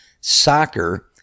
soccer